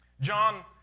John